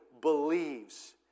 believes